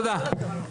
תודה.